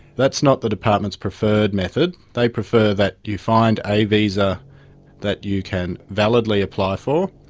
that's not the department's preferred method, they prefer that you find a visa that you can validly apply for,